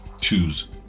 choose